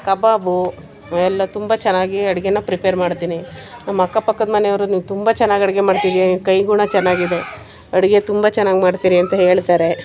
ಕಬಾಬು ಅವೆಲ್ಲ ತುಂಬ ಚೆನ್ನಾಗಿ ಅಡುಗೆನ ಪ್ರಿಪೇರ್ ಮಾಡ್ತೀನಿ ನಮ್ಮ ಅಕ್ಕಪಕ್ಕದ ಮನೆಯವರು ನೀನು ತುಂಬ ಚೆನ್ನಾಗಿ ಅಡುಗೆ ಮಾಡ್ತಿದ್ದೀಯ ನಿನ್ನ ಕೈಗುಣ ಚೆನ್ನಾಗಿದೆ ಅಡುಗೆ ತುಂಬ ಚೆನ್ನಾಗಿ ಮಾಡ್ತೀರಿ ಅಂತ ಹೇಳ್ತಾರೆ